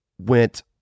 Went